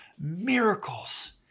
miracles